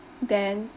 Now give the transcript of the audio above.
then